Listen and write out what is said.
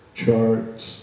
charts